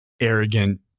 Arrogant